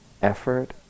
effort